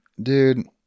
Dude